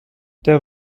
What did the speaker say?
der